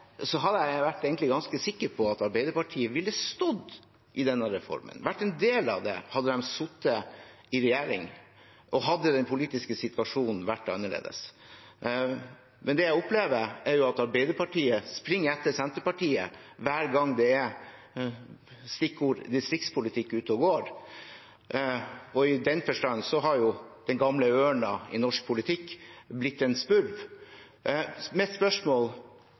jeg egentlig vært ganske sikker på at Arbeiderpartiet ville stått i denne reformen, vært en del av det, hadde de sittet i regjering og den politiske situasjonen hadde vært annerledes. Men det jeg opplever, er at Arbeiderpartiet springer etter Senterpartiet hver gang det er – stikkord – distriktspolitikk ute og går. I den forstand har den gamle ørnen i norsk politikk blitt en spurv. Mitt spørsmål